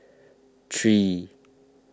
three